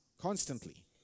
constantly